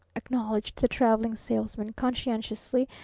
acknowledged the traveling salesman conscientiously.